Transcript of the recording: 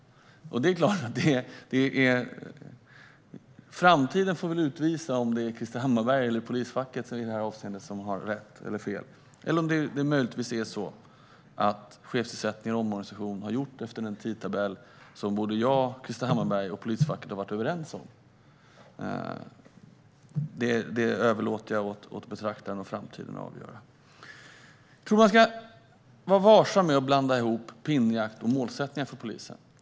Framtiden får väl utvisa om det är Krister Hammarbergh eller polisfacket som har rätt i det här avseendet, eller om det möjligtvis är så att chefstillsättningarna och omorganisationen har gjorts enligt den tidtabell som jag, Krister Hammarbergh och polisfacket har varit överens om. Det överlåter jag åt betraktaren och framtiden att avgöra. Jag tror att man ska vara varsam med att blanda ihop pinnjakt och målsättningar för polisen.